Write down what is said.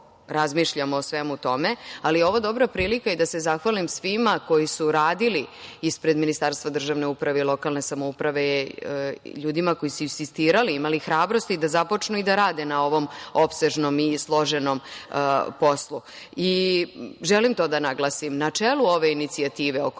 o svemu tome. Ali, ovo je dobra prilika i da se zahvalim svima koji su radili ispred Ministarstva državne uprave i lokalne samouprave, ljudima koji su insistirali, imali hrabrosti da započnu i da rade na ovom opsežnom i složenom poslu. Želim to da naglasim, na čelu ove inicijative oko